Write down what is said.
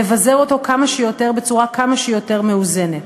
לבזר אותו כמה שיותר בצורה כמה שיותר מאוזנת.